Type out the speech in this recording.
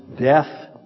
death